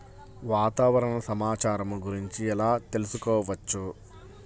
వాతావరణ సమాచారము గురించి ఎలా తెలుకుసుకోవచ్చు?